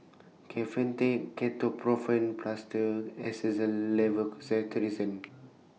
Kefentech Ketoprofen Plaster Xyzal Levocetirizine